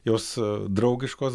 jos draugiškos